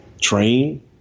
train